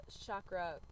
chakra